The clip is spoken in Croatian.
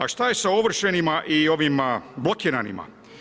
A šta je sa ovršenima i blokiranima?